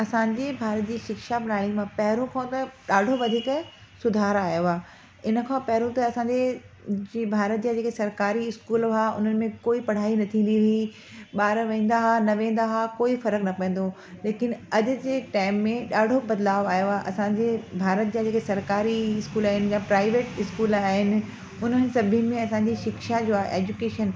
असांजे भारत जी शिक्षा प्रणाली में पहिरों खां त ॾाढो वधीक सुधार आयो आहे इनखां पहिरों त असांजे भारत जा जेके सरकारी स्कूल हुआ उन्हनि में कोई पढ़ाई न थींदी हुई ॿार वेंदा हुआ न वेंदा हुआ कोई फ़र्कु न पईंदो हो लेकिन अॼु जे टाइम में ॾाढो बदलाव आयो आहे असांजे भारत जा जेके सरकारी स्कूल आहिन प्राइवेट स्कूल आहिनि उन्हनि सभिनि में असांजी शिक्षा जो आहे एजुकेशन